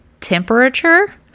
temperature